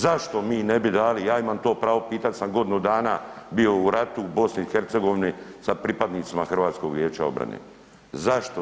Zašto mi ne bi dali, ja imam to pravo pitat, jel sam godinu dana bio u ratu u BiH sa pripadnicima HVO-a.